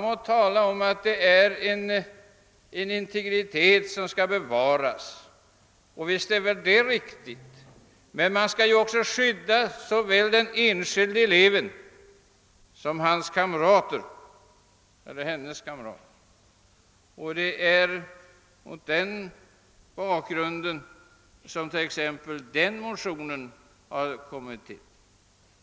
Visst är det riktigt att elevernas integritet skall bevaras, men man skall ju inte bara skydda den enskilde eleven utan också hans eller hennes kamrater. Det är mot den bakgrunden som detta motionskrav har tillkommit.